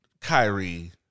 Kyrie